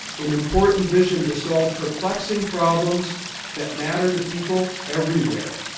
an important vision to solve perplexing problems that matter to people everywhere.